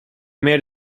made